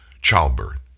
childbirth